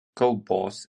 kalbos